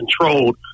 controlled